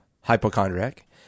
hypochondriac